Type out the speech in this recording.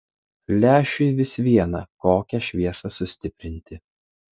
lęšiui vis viena kokią šviesą sustiprinti